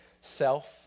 self